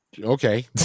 Okay